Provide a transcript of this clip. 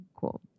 cool